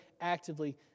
actively